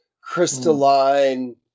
crystalline